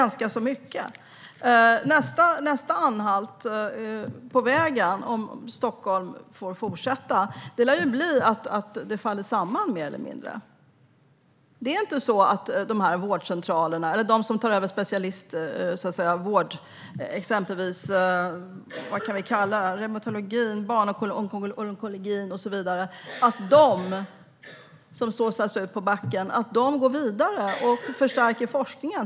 Nästa anhalt på vägen om Stockholm får fortsätta lär ju bli att det mer eller mindre faller samman. Det är inte så att de som tar över vårdcentraler eller specialistvård - reumatologi, barnonkologi och så vidare som "sourcas ut" på backen - går vidare och förstärker forskningen.